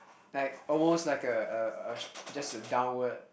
like almost like a a just a downward